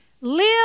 live